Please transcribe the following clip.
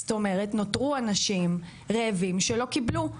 זאת אומרת, נותנו אנשים רעבים שלא קיבלו.